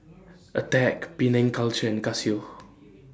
Attack Penang Culture and Casio